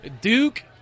Duke